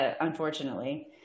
unfortunately